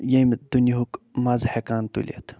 ییٚمہِ دُنیِہُک مَزٕ ہٮ۪کان تُلِتھ